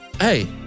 Hey